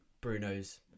Bruno's